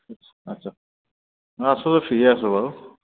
আচ্ছা আছোঁ ফ্ৰীয়ে আছোঁ বাৰু